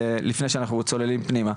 לפני שאנחנו צוללים פנימה.